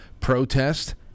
protest